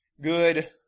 good